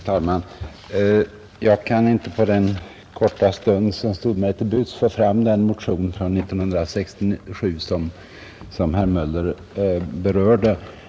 Herr talman! Jag kunde inte på den korta stund som stod mig till buds få fram den motion från 1967 som herr Möller i Gävle berörde.